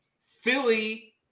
Philly